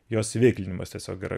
jos įveiklinimas tiesiog yra